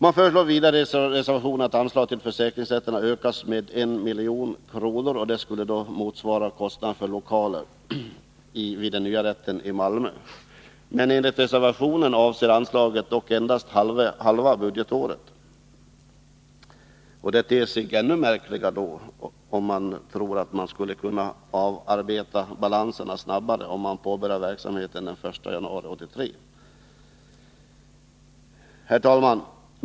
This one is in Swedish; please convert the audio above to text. Man föreslår vidare i reservationen att anslaget till försäkringsrätterna ökas med 1 milj.kr., motsvarande kostnaden för lokaler vid den nya rätten i Malmö. Enligt reservationen avser anslaget dock endast halva budgetåret, och det ter sig ännu märkligare att man tror att det skulle gå att arbeta av balanserna snabbare om verksamheten påbörjas den 1 januari 1983. Herr talman!